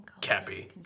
Cappy